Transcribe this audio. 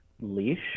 leash